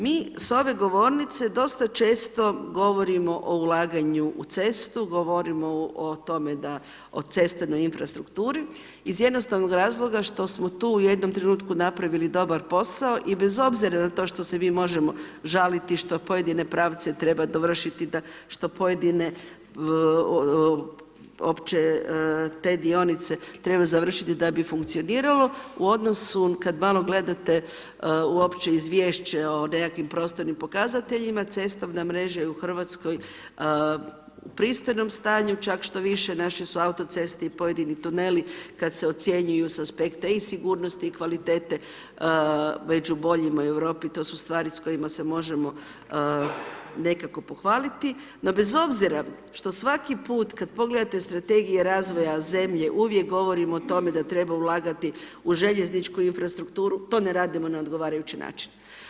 Mi s ove govornice dosta često govorimo o ulaganju u cestu, govorimo o tome da, o cestovnoj infrastrukturi iz jednostavnog razloga što smo tu u jednom trenutku napravili dobar posao i bez obzira na to što se mi možemo žaliti što pojedine pravce treba dovršiti, što pojedine opće, te dionice treba završiti da bi funkcioniralo, u odnosu kad malo gledate uopće Izvješće o nekakvim prostornim pokazateljima, cestovna mreža je u Hrvatskoj u pristojnom stanju, čak što više naše su autoceste i pojedini tuneli kad se ocjenjuju sa aspekta i sigurnosti i kvalitete, među boljima u Europi, to su stvari s kojima se možemo nekako pohvaliti, no bez obzira što svaki put kad pogledate strategije razvoja zemlje, uvijek govorim o tome da treba ulagati u željezničku infrastrukturu, to ne radimo na odgovarajući način.